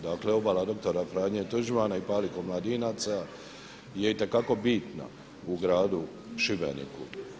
Dakle, Obala doktora Franje Tuđmana i Palih omladinaca je i te kako bitna u gradu Šibeniku.